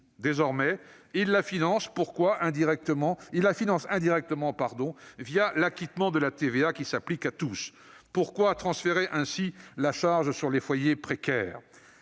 ces ménages la financent indirectement, l'acquittement la TVA, qui s'applique à tous. Pourquoi transférer ainsi la charge sur les foyers précaires ?